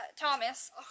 Thomas